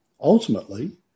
Ultimately